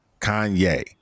Kanye